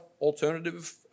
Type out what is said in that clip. alternative